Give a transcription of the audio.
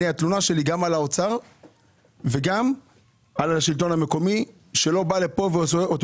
התלונה שלי גם על האוצר וגם על השלטון המקומי שלא בא לכאן ועושה את